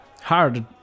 hard